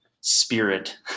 spirit